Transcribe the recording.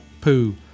poo